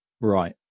Right